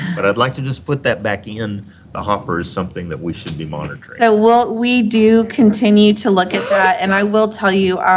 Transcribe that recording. but i'd like to just put that back in the hopper as something that we should be monitoring. yeah so, we do continue to look at that, and i will tell you,